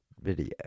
video